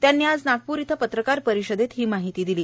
त्यांनी आज नागपूर इथं पत्रकार परिषदेत ही माहिती दिली